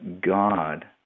God